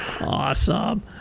Awesome